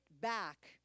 back